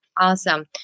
Awesome